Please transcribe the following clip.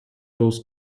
those